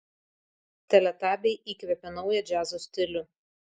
teletabiai įkvėpė naują džiazo stilių